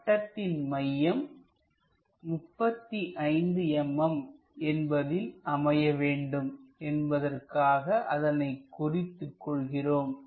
வட்டத்தின் மையம் 35 mm என்பதில் அமைய வேண்டும் என்பதற்காக அதனை குறித்து கொள்கிறோம்